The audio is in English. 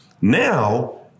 Now